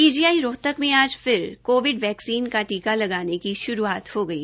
PGI Rohtak में आज फिर कोविड वैक्सीन का टीका लगाने की शुरूआत हो गई